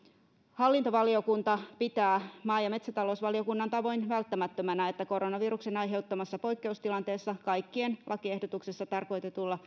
hallintovaliokunta pitää maa ja metsätalousvaliokunnan tavoin välttämättömänä että koronaviruksen aiheuttamassa poikkeustilanteessa kaikkien lakiehdotuksessa tarkoitetuilla